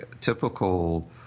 typical